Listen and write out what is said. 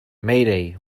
mayday